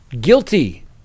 Guilty